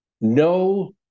no